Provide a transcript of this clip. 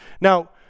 now